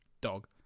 dog